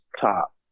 top